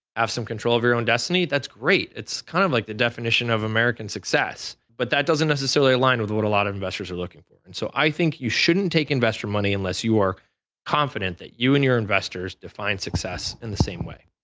have some control of your own destiny, that's great. it's kind of like the definition of american success but that doesn't necessarily align with what a lot of investors are looking. and so i think you shouldn't take investor money unless you are confident that you and your investors define success in the same way.